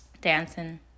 dancing